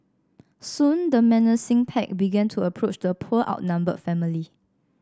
soon the menacing pack began to approach the poor outnumbered family